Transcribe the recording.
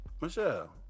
Michelle